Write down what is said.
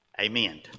Amen